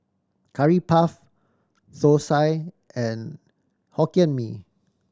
Curry Puff thosai and Hokkien Mee